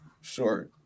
sure